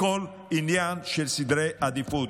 הכול עניין של סדרי עדיפויות.